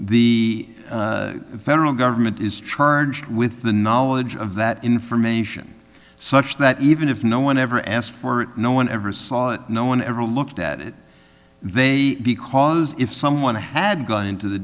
the federal government is charged with the knowledge of that information such that even if no one ever asked for it no one ever saw it no one ever looked at it they because if someone had gone into the